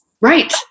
Right